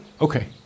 Okay